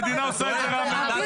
והמדינה עושה את זה --- אביר,